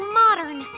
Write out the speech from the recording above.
modern